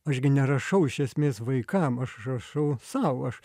aš gi nerašau iš esmės vaikam aš rašau sau aš